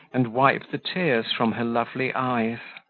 and wipe the tears from her lovely eyes.